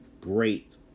great